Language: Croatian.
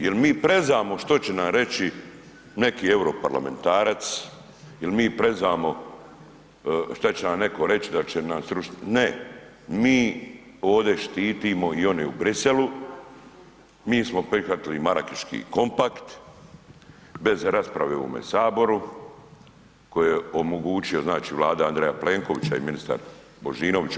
Jer mi prezamo što će nam reći neki europarlamentarac, jer mi prezamo što će nam netko reći, da će nam srušiti, ne, mi ovdje štitimo i one u Bruxellesu, mi smo prihvatili Marakeški kompakt, bez rasprave u ovome Saboru koji je omogućio znači, Vlada Andreja Plenkovića i ministar Božinović…